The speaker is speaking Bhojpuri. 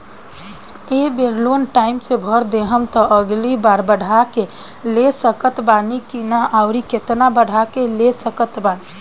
ए बेर लोन टाइम से भर देहम त अगिला बार बढ़ा के ले सकत बानी की न आउर केतना बढ़ा के ले सकत बानी?